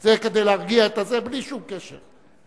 זה כדי להרגיע, בלי שום קשר.